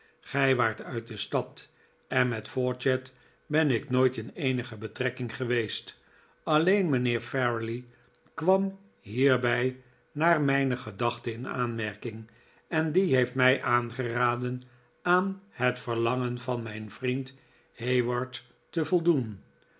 gij waart uit de stad en met fawcett ben ik nooit in eenige betrekking geweest alleen mynheer farley kwam hierbij naar mijne gedachte in aanmerking en die heeft mij aangeraden aan het verlangen van mijn vriend hayward te voldoen